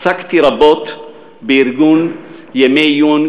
עסקתי רבות בארגון ימי עיון,